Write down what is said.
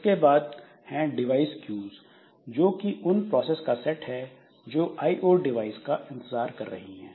इसके बाद हैं डिवाइस क्यूज़ जो कि उन प्रोसेस का सेट है जो आईओ डिवाइस का इंतजार कर रही है